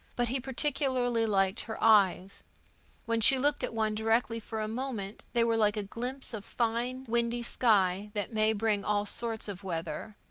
but he particularly liked her eyes when she looked at one directly for a moment they were like a glimpse of fine windy sky that may bring all sorts of weather.